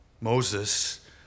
Moses